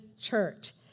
church